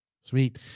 Sweet